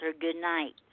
goodnight